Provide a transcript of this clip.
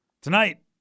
tonight